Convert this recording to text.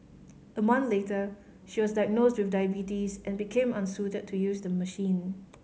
a month later she was diagnosed with diabetes and became unsuited to use the machine